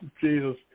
Jesus